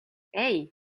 hey